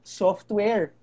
software